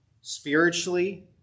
spiritually